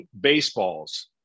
baseballs